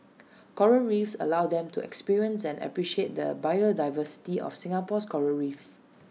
Coral reefs allows them to experience and appreciate the biodiversity of Singapore's Coral reefs